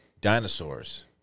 dinosaurs